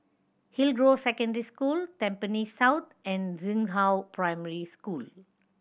Hillgrove Secondary School Tampines South and Xinghua Primary School